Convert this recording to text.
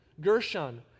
Gershon